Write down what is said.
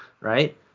Right